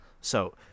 So-